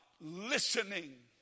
listening